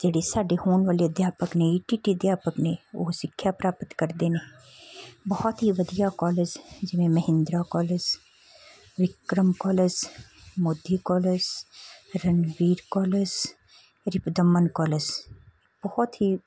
ਜਿਹੜੇ ਸਾਡੇ ਹੋਣ ਵਾਲੇ ਅਧਿਆਪਕ ਨੇ ਈ ਟੀ ਟੀ ਅਧਿਆਪਕ ਨੇ ਉਹ ਸਿੱਖਿਆ ਪ੍ਰਾਪਤ ਕਰਦੇ ਨੇ ਬਹੁਤ ਹੀ ਵਧੀਆ ਕਾਲਜ਼ ਜਿਵੇਂ Mahindra college Vikram college Modi college Ranvir college Ripudaman college ਬਹੁਤ ਹੀ